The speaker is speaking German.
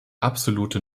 absolute